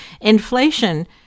inflation